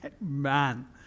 man